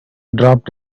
dropped